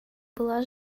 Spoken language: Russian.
была